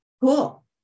cool